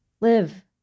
Live